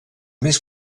més